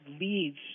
leads